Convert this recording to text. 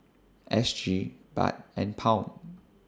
S G Baht and Pound